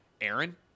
Aaron